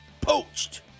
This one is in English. poached